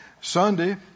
Sunday